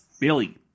Billy